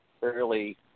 fairly